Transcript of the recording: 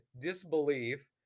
disbelief